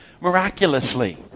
miraculously